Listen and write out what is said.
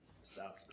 Stop